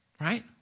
Right